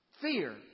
Fear